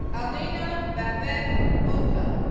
alina babette mota,